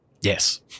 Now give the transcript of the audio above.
Yes